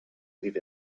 live